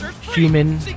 human